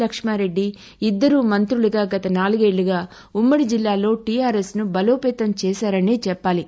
లక్ష్మారెడ్డి ఇద్దరూ మంతులుగా గత నాలుగేళ్ళుగా ఉమ్మడి జిల్లాలో టీఆర్ఎస్ను బలోపేతం చేశారనే చెప్పాలి